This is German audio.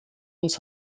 uns